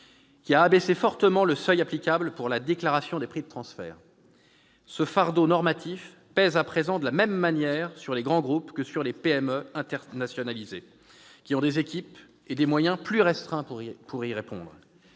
qui a abaissé fortement le seuil applicable pour la déclaration des prix de transfert. Ce fardeau normatif pèse à présent de la même manière sur les grands groupes que sur les PME internationalisées, qui ont des équipes et des moyens plus restreints pour y répondre.